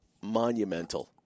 monumental